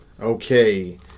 Okay